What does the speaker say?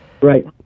Right